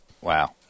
Wow